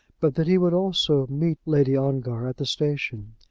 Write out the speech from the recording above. but that he would also meet lady ongar at the station.